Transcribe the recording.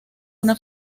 una